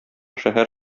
шәһәр